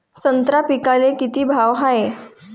संत्रा पिकाले किती भाव हाये?